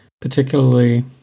particularly